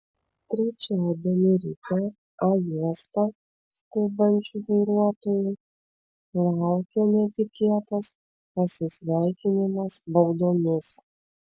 trečiadienį ryte a juosta skubančių vairuotojų laukė netikėtas pasisveikinimas baudomis